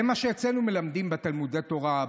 זה מה שמלמדים אצלנו בתלמודי התורה,